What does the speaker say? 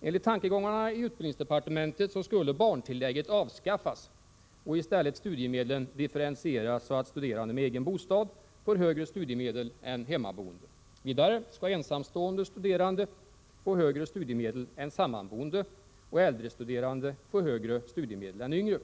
Enligt tankegångarna i utbildningsdepartementet skulle barntillägget avskaffas och i stället studiemedlen differentieras så att studerande med egen bostad får högre studiemedel än hemmaboende. Vidare skall ensamboende studerande få högre studiemedel än sammanboende och äldrestuderande få högre studiemedel än yngre.